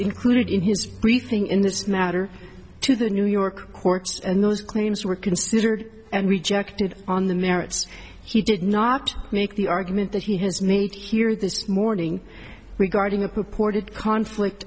included in his briefing in this matter to the new york courts and those claims were considered and rejected on the merits he did not make the argument that he has made here this morning regarding a purported conflict